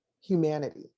humanity